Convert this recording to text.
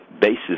basis